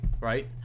right